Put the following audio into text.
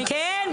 כן.